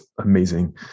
amazing